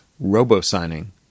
robo-signing